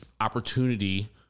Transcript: opportunity